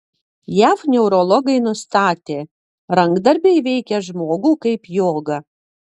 jav neurologai nustatė rankdarbiai veikia žmogų kaip joga